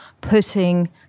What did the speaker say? putting